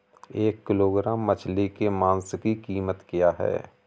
एक किलोग्राम मछली के मांस की कीमत क्या है?